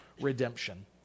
redemption